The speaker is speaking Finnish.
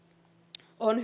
on